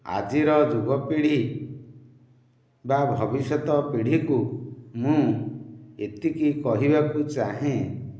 ଆଜିର ଯୁବପିଢ଼ୀ ବା ଭବିଷ୍ୟତ ପିଢ଼ୀକୁ ମୁଁ ଏତିକି କହିବାକୁ ଚାହେଁ